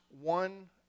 one